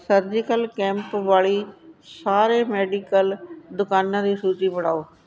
surgical camp ਵਾਲੀ ਸਾਰੇ medical ਦੁਕਾਨਾਂ ਦੀ ਸੂਚੀ ਬਣਾਓ